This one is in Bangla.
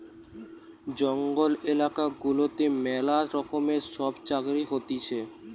জঙ্গল এলাকা গুলাতে ম্যালা রকমের সব চাকরি হতিছে